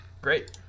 Great